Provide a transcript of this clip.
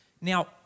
Now